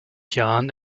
jahren